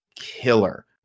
killer